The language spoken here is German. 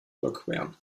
überqueren